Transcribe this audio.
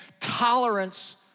tolerance